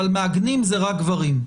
אבל מעגנים זה רק גברים.